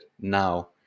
now